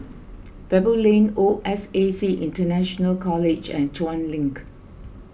Baboo Lane O S A C International College and Chuan Link